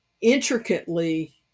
intricately